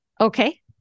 Okay